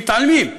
מתעלמים,